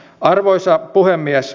arvoisa puhemies